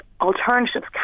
Alternatives